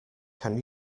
can